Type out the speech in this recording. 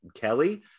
Kelly